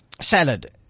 Salad